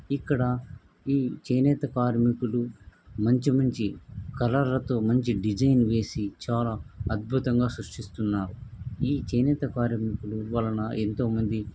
ఇక్కడ ఈ చేనేత కార్మికులు మంచి మంచి కలర్లతో మంచి డిజైన్ వేసి చాలా అద్భుతంగా సృష్టిస్తున్నారు ఈ చేనేత కార్మికులు వలన ఎంతో మంది